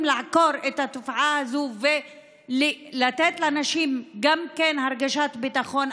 לעקור את התופעה הזאת ולתת לנשים הרגשת ביטחון,